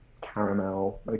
caramel